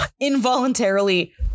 involuntarily